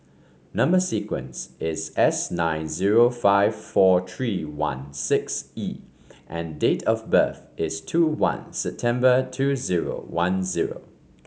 number sequence is S nine zero five four three one six E and date of birth is two one September two zero one zero